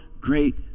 great